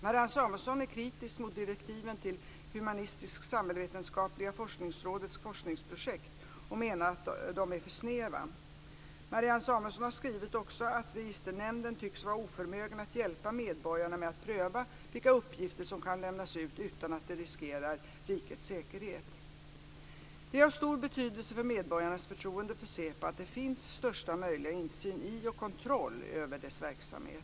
Marianne Samuelsson är kritisk mot direktiven till Humanistisk-samhällsvetenskapliga forskningsrådets forskningsprojekt och menar att de är för snäva. Marianne Samuelsson skriver också att Registernämnden tycks vara oförmögen att hjälpa medborgarna med att pröva vilka uppgifter som kan lämnas ut utan att det riskerar rikets säkerhet. Det är av stor betydelse för medborgarnas förtroende för SÄPO att det finns största möjliga insyn i och kontroll över dess verksamhet.